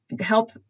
help